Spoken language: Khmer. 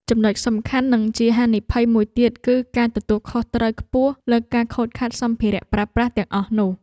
ចំណុចសំខាន់និងជាហានិភ័យមួយទៀតគឺការទទួលខុសត្រូវខ្ពស់លើការខូចខាតសម្ភារៈប្រើប្រាស់ទាំងអស់នោះ។